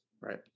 right